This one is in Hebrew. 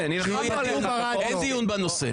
אין דיון בנושא.